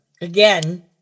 again